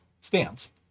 stands